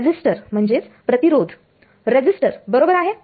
resistor बरोबर आहे